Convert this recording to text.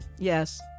Yes